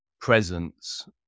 presence